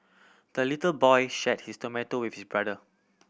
the little boy shared his tomato with his brother